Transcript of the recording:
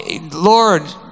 Lord